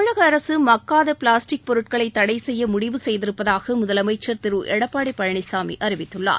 தமிழக அரசு மக்காத பிளாஸ்டிக் பொருட்களை தடைசெய்ய முடிவு செய்திருப்பதாக முதலமைச்சர் திரு எடப்பாடி பழனிசாமி அறிவித்துள்ளார்